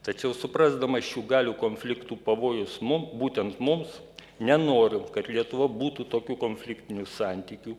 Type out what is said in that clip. tačiau suprasdamas šių galių konfliktų pavojus mum būtent mums nenoriu kad lietuva būtų tokių konfliktinių santykių